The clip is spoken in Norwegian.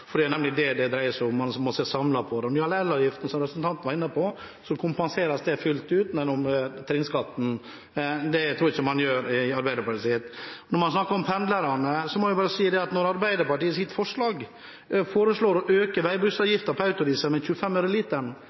sett. Det er nemlig det det dreier seg om; man må se samlet på det. Når det gjelder elavgiften, som representanten var inne på, kompenseres den fullt ut gjennom trinnskatten. Det tror jeg ikke man gjør i Arbeiderpartiets budsjett. Når man snakker om pendlerne, må jeg bare si at når Arbeiderpartiet i sitt budsjettforslag foreslår å øke veibruksavgiften på autodiesel med 25